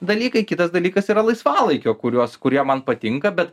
dalykai kitas dalykas yra laisvalaikio kuriuos kurie man patinka bet